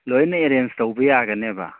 ꯂꯣꯏꯅ ꯑꯦꯔꯦꯟꯖ ꯇꯧꯕ ꯌꯥꯒꯅꯦꯕ